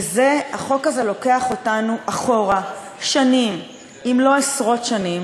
וזה שהחוק הזה לוקח אותנו אחורה שנים אם לא עשרות שנים